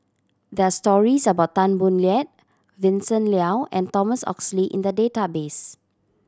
there are stories about Tan Boo Liat Vincent Leow and Thomas Oxley in the database